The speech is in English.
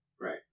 Right